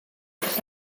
gallu